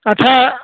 তথা